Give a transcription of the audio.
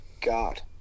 God